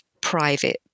private